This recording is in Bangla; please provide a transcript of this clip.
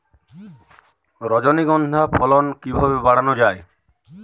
রজনীগন্ধা ফলন কিভাবে বাড়ানো যায়?